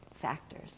factors